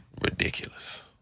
Ridiculous